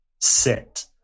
sit